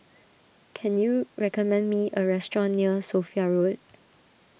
can you recommend me a restaurant near Sophia Road